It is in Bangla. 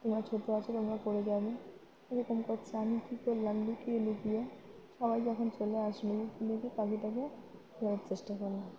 তোমরা ছোটো আছেো তোমরা পড়ে যাবে এরকম করছে আমি কী করলাম লুকিয়ে লুকিয়ে সবাই যখন চলে আসবে লুকিয়ে পাখিটাকে ওড়ানোর চেষ্টা করলাম